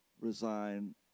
resign